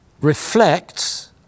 reflects